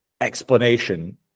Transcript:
explanation